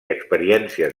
experiències